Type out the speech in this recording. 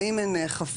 האם הן נאכפות.